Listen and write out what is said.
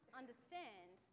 understand